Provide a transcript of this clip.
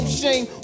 shame